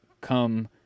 come